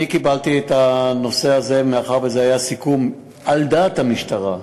אני קיבלתי את הנושא הזה מאחר שזה היה סיכום על דעת המשטרה,